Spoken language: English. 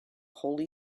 holy